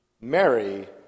Mary